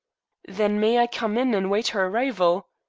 then may i come in and await her arrival?